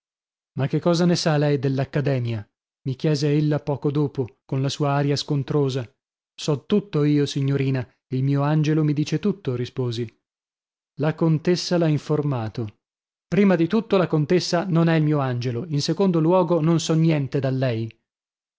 ma che cosa ne sa lei dell'accademia mi chiese ella poco dopo con la sua aria scontrosa so tutto io signorina il mio angelo mi dice tutto risposi la contessa l'ha informato prima di tutto la contessa non è il mio angelo in secondo luogo non so niente da lei